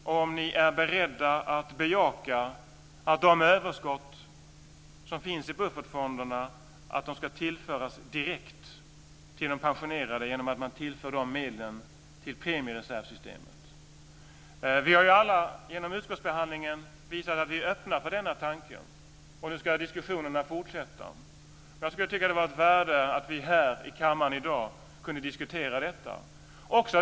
Är ni beredda att bejaka att de överskott som finns i buffertfonderna ska tillföras direkt till de pensionerade genom att man tillför de medlen till premiereservssystemet? Vi har alla genom utskottsbehandlingen visat att vi är öppna för denna tanke. Nu ska diskussionerna fortsätta. Jag tycker att det skulle vara ett värde i om vi här i kammaren i dag kunde diskutera detta.